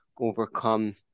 overcome